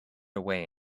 away